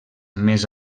més